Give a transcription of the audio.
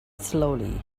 slowly